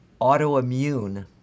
autoimmune